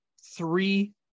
three